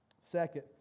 Second